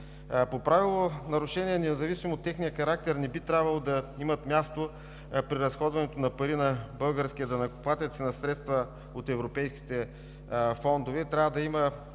По правило нарушения, независимо от техния характер, не би трябвало да имат място при разходването на парите на българския данъкоплатец, на средства от европейските фондове. Към това трябва да има